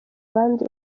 abandi